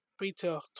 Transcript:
Retail